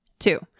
Two